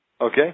Okay